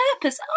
purpose